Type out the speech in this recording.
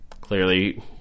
Clearly